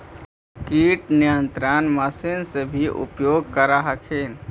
किट नियन्त्रण मशिन से भी उपयोग कर हखिन?